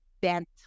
bent